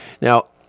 Now